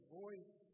voice